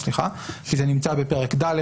כי זה נמצא בפרק ד',